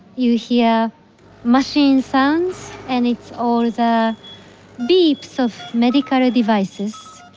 you hear machine sounds and it's all the beeps of medical devices,